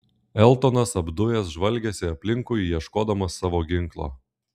eltonas apdujęs žvalgėsi aplinkui ieškodamas savo ginklo